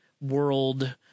world